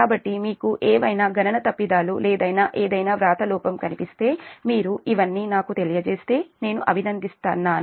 కాబట్టి మీకు ఏవైనా గణన తప్పిదాలు లేదా ఏదైనా వ్రాత లోపం కనిపిస్తే మీరు ఇవన్నీ నాకు తెలియజేస్తే నేను అభినందిస్తున్నాను